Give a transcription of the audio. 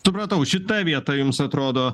supratau šita vieta jums atrodo